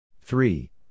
three